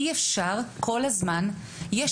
אי-אפשר כל הזמן להוריד.